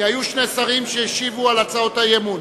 כי היו שני שרים שהשיבו על הצעות האי-אמון,